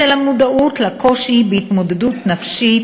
בשל המודעות לקושי בהתמודדות הנפשית